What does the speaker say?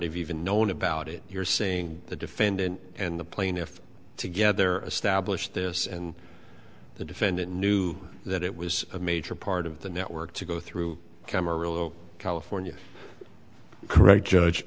have even known about it you're saying the defendant and the plaintiff together established this and the defendant knew that it was a major part of the network to go through camera low california correct judge